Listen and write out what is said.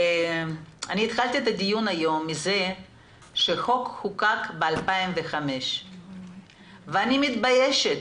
התחלתי את הדיון היום בכך שאמרתי שהחוק נחקק ב-2005 ואני מתביישת